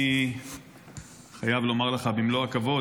אני חייב לומר לך במלוא הכבוד,